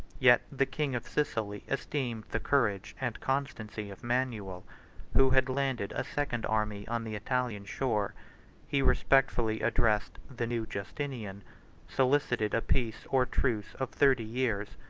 yet the king of sicily esteemed the courage and constancy of manuel, who had landed a second army on the italian shore he respectfully addressed the new justinian solicited a peace or truce of thirty years,